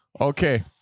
okay